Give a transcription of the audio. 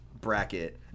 bracket